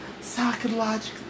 Psychologically